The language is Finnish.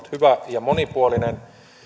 ja monipuolinen ja